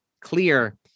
clear